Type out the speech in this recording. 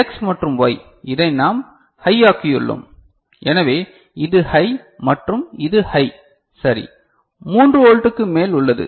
X மற்றும் Y இதை நாம் ஹையாக்கியுள்ளோம் எனவே இது ஹை மற்றும் இது ஹை சரி 3 வோல்ட்டுக்கு மேல் உள்ளது